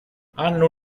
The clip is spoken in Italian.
hanno